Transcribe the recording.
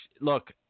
look